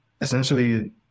essentially